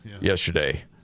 Yesterday